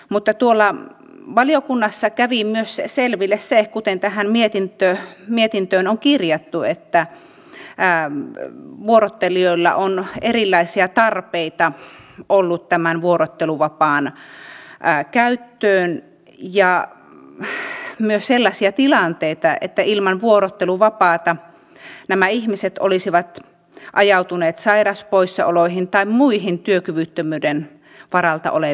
mutta tuolla valiokunnassa kävi myös selville se kuten tähän mietintöön on kirjattu että vuorottelijoilla on erilaisia tarpeita ollut tämän vuorotteluvapaan käyttöön ja myös sellaisia tilanteita että ilman vuorotteluvapaata nämä ihmiset olisivat ajautuneet sairauspoissaoloihin tai muihin työkyvyttömyyden varalta oleviin järjestelmiin